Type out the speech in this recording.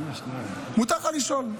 מותר לך לשאול,